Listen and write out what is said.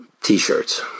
T-shirts